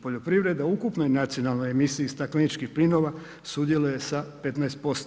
Poljoprivreda ukupno nacionalnoj emisiji stakleničkih plinova sudjeluje sa 15%